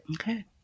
Okay